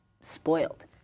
spoiled